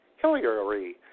Hillary